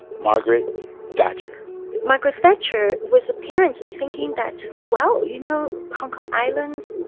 margaret thatcher margaret thatcher was apparently thinking that, well, you know, hong kong island,